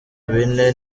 bine